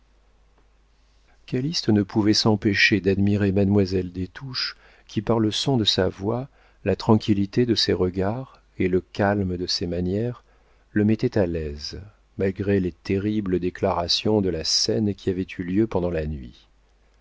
calyste ne pouvait s'empêcher d'admirer mademoiselle des touches qui par le son de sa voix la tranquillité de ses regards et le calme de ses manières le mettait à l'aise malgré les terribles déclarations de la scène qui avait eu lieu pendant la nuit